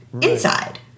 inside